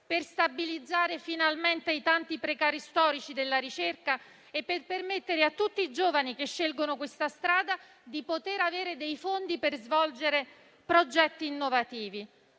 per stabilizzare finalmente i tanti precari storici della ricerca e per permettere a tutti i giovani che scelgono questa strada di poter avere dei fondi per svolgere progetti innovativi.